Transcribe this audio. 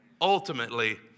Ultimately